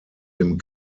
dem